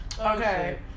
okay